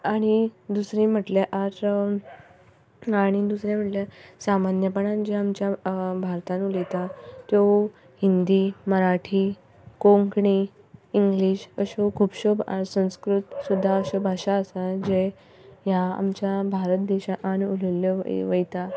आनी दुसरे म्हटल्यार आनी दुसरी म्हटल्यार सामान्यपणान आमच्या भारतान उलयता त्यो हिंदी मराठी कोंकणी इंग्लीश अश्यो खुबश्यो संस्कृत सुद्दां अश्यो भाशा आसा जे ह्या आमच्या भारत देशान उलयल्ल्यो वयता